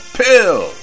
pill